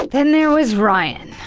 then there was ryan.